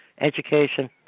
education